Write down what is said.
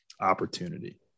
opportunity